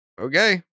Okay